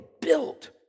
built